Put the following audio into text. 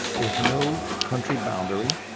there's no country boundary.